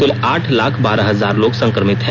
कुल आठ लाख बारह हजार लोग संक्रमित हैं